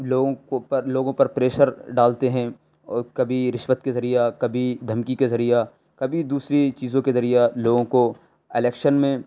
لوگوں کو اوپر لوگوں پر پریشر ڈالتے ہیں اور کبھی رشوت کے ذریعہ کبھی دھمکی کے ذریعہ کبھی دوسری چیزوں کے ذ ریعہ لوگوں کو الیکشن میں